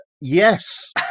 Yes